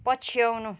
पछ्याउनु